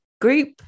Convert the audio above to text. group